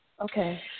okay